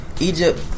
Egypt